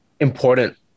important